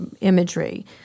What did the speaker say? imagery